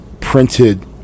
printed